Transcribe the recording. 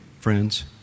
friends